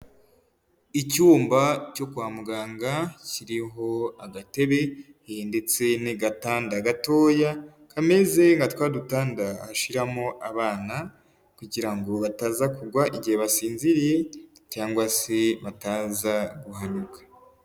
Icyumba cyo kwa muganga kiriho agatebe ndetse n'agatanda gatoya, kameze nka twa dutanda bashyiramo abana kugira ngo bataza kugwa igihe basinziriye cyangwa se bataza guhanuka.